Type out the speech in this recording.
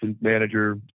manager